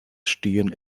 stehen